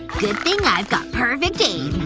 good thing i've got perfect aim